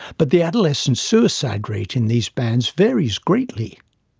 but the adolescent suicide rate in these bands varies greatly.